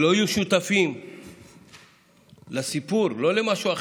שלא יהיו שותפים לסיפור, לא למשהו אחר,